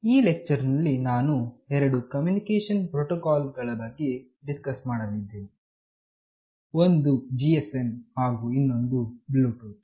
ಈ ಲೆಕ್ಚರ್ ನಲ್ಲಿನಾನು ಎರಡು ಕಮ್ಯುನಿಕೇಶನ್ ಪ್ರೊಟೊಕಾಲ್ ಗಳ ಬಗ್ಗೆ ಡಿಸ್ಕಸ್ ಮಾಡಲಿದ್ದೇವೆಒಂದು GSM ಹಾಗು ಇನ್ನೊಂದು Bluetooth